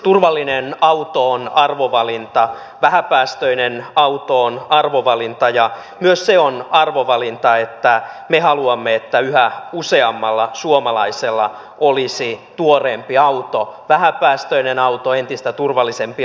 turvallinen auto on arvovalinta vähäpäästöinen auto on arvovalinta ja myös se on arvovalinta että me haluamme että yhä useammalla suomalaisella olisi tuoreempi auto vähäpäästöinen auto entistä turvallisempi auto